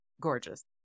gorgeous